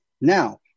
Now